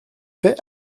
fait